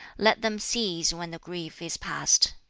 let them cease when the grief is past.